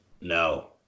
No